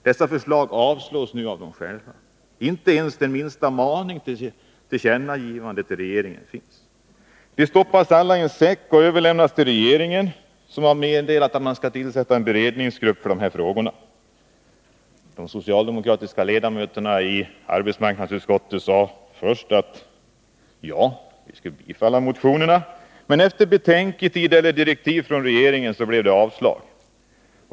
Dessa förslag avslås nu av dem själva. Inte det minsta krav på en maning eller ett tillkännagivande till regeringen finns. Förslagen stoppas i en säck och överlämnas till regeringen, som har meddelat att den skall tillsätta en beredningsgrupp för dessa frågor. De socialdemokratiska ledamöterna i arbetsmarknadsutskottet sade först ja till motionerna, men efter betänketid eller sedan man fått direktiv från regeringen blev det avslag.